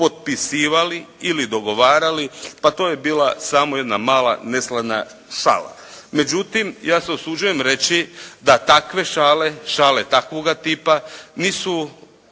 potpisivali ili dogovarali, pa to je bila samo jedna mala neslana šala. Međutim, ja se usuđujem reći da takve šale, šale takvoga tipa nisu